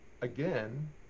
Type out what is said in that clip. again